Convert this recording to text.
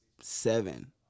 seven